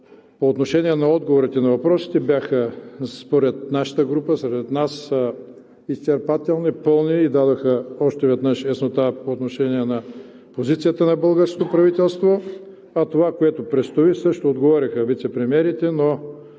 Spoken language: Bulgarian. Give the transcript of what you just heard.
По отношение на отговорите на въпросите, бяха според нашата група изчерпателни, пълни и дадоха още веднъж яснота по отношение на позицията на българското правителство. А това, което предстои, също отговориха вицепремиерите, но